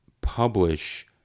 publish